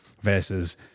versus